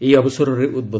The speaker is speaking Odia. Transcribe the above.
ଏହି ଅବସରରେ ଉଦ୍ବେ